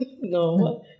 No